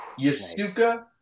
Yasuka